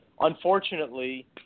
Unfortunately